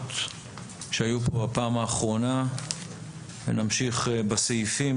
מההערות שהיו כאן בישיבה האחרונה ונמשיך בסעיפים.